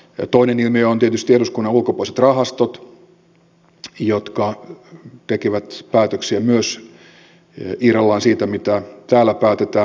toinen ilmiö on tietysti eduskunnan ulkopuoliset rahastot jotka tekevät päätöksiä myös irrallaan siitä mitä täällä päätetään